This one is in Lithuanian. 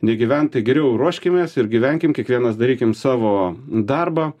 negyvent tai geriau ruoškimės ir gyvenkim kiekvienas darykim savo darbą